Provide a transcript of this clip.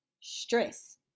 Stress